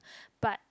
but